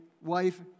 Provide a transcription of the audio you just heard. wife